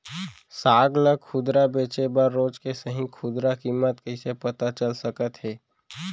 साग ला खुदरा बेचे बर रोज के सही खुदरा किम्मत कइसे पता चल सकत हे?